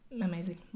amazing